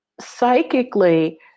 psychically